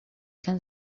can